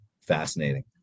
fascinating